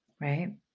right